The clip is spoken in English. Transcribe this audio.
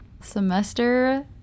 semester